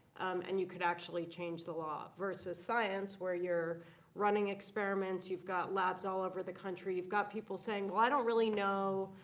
and you could actually change the law. versus science, where you're running experiments. you've got labs all over the country. you've got people saying well, i don't really know.